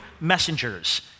messengers